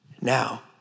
Now